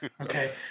Okay